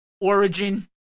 Origin